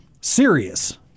serious